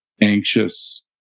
anxious